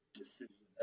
decision